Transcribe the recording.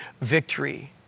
victory